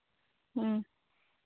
ᱦᱮᱸ